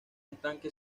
estanque